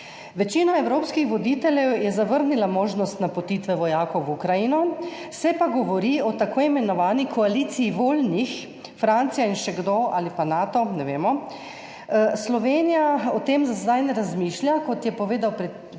Večina evropskih voditeljev je zavrnila možnost napotitve vojakov v Ukrajino, se pa govori o tako imenovanih koaliciji voljnih, Francija in še kdo, ali pa Nato, ne vemo, Slovenija o tem za zdaj ne razmišlja, kot je povedal predsednik